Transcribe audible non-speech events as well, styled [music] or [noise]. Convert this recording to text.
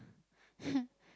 [laughs]